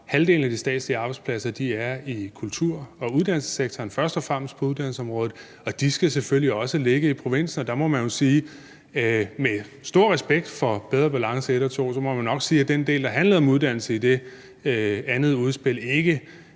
halvdelen af de statslige arbejdspladser i kultur- og uddannelsessektoren, først og fremmest på uddannelsesområdet, og de skal selvfølgelig også ligge i provinsen. Og med stor respekt for »Bedre Balance I« og »Bedre Balance II« må man nok sige, at den del, der handlede om uddannelse i det andet udspil, tror